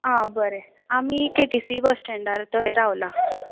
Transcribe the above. आं बरें आमी केटीसी बस स्टँडार थंय रावला